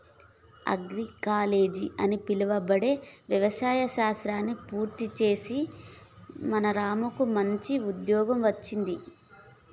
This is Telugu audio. ఆగ్రోకాలజి అని పిలువబడే వ్యవసాయ శాస్త్రాన్ని పూర్తి చేసిన రాముకు మంచి ఉద్యోగం వచ్చింది